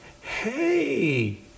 hey